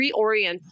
reorient